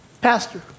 Pastor